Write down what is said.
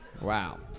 Wow